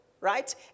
right